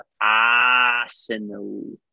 Arsenal